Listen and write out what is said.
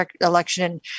election